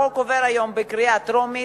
החוק עובר היום בקריאה טרומית.